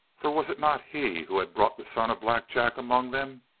for was it not he who had brought the son of black jack among them?